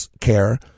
care